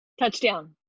Touchdown